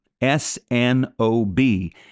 S-N-O-B